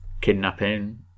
kidnapping